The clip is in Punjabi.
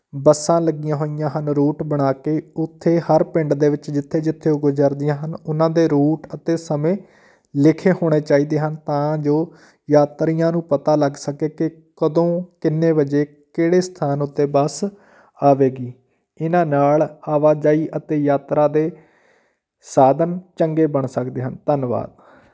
ਬੱਸਾਂ ਲੱਗੀਆਂ ਹੋਈਆਂ ਹਨ ਰੂਟ ਬਣਾ ਕੇ ਉੱਥੇ ਹਰ ਪਿੰਡ ਦੇ ਵਿੱਚ ਜਿੱਥੇ ਜਿੱਥੇ ਉਹ ਗੁਜ਼ਰਦੀਆਂ ਹਨ ਉਹਨਾਂ ਦੇ ਰੂਟ ਅਤੇ ਸਮੇਂ ਲਿਖੇ ਹੋਣੇ ਚਾਹੀਦੇ ਹਨ ਤਾਂ ਜੋ ਯਾਤਰੀਆਂ ਨੂੰ ਪਤਾ ਲੱਗ ਸਕੇ ਕਿ ਕਦੋਂ ਕਿੰਨੇ ਵਜੇ ਕਿਹੜੇ ਸਥਾਨ ਉੱਤੇ ਬੱਸ ਆਵੇਗੀ ਇਹਨਾਂ ਨਾਲ ਆਵਾਜਾਈ ਅਤੇ ਯਾਤਰਾ ਦੇ ਸਾਧਨ ਚੰਗੇ ਬਣ ਸਕਦੇ ਹਨ ਧੰਨਵਾਦ